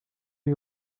you